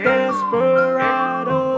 Desperado